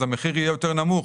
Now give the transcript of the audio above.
המחיר יהיה יותר נמוך.